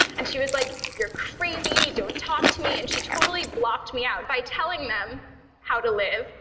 and she was like, you're crazy! don't talk to me! and she totally blocked me out. by telling them how to live,